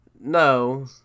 No